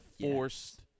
forced